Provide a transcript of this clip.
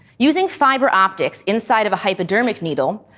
using fibre optics inside of a hypodermic needle,